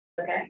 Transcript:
Okay